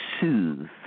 soothe